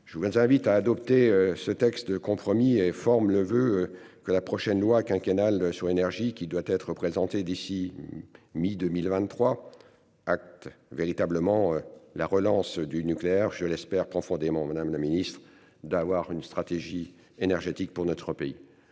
je invite à adopter ce texte de compromis et forme le voeu que la prochaine loi quinquennale sur NRJ qui doit être présenté d'ici. Mi-2023, acte véritablement la relance du nucléaire, je l'espère profondément Madame la Ministre d'avoir une stratégie énergétique pour notre pays.